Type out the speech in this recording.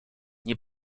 nie